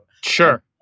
sure